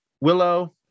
Willow